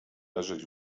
leżeć